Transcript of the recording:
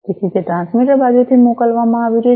તેથી તે ટ્રાન્સમીટર બાજુથી મોકલવામાં આવી રહ્યું છે